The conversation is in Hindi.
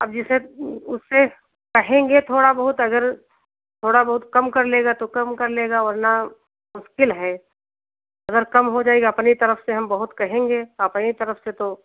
अब जैसे उससे कहेंगे थोड़ा बहुत अगर थोड़ा बहुत कम कर लेगा तो कम कर लेगा वरना मुश्किल है अगर कम हो जाएगी अपनी तरफ से हम बहुत कहेंगे अपनी तरफ से तो